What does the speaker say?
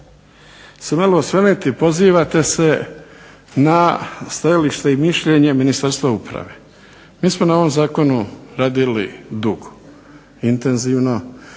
malo osvrnuti, pozivate se na stajalište i mišljenje Ministarstva uprave. Mi smo na ovom zakonu radili dugo, intenzivno,